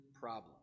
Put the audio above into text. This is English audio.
problem